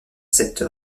cette